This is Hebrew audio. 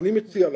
אני מציע לך,